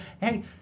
Hey